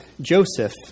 Joseph